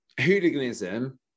hooliganism